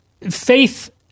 faith